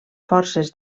forces